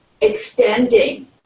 extending